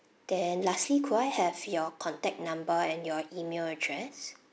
then lastly could I have your contact number and your email address